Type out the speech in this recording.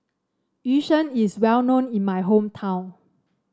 Yu Sheng is well known in my hometown